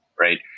right